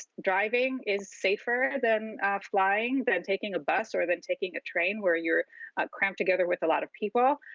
driving is safer than flying, than taking a bus or than taking a train, where you're cramped together with a lot of people.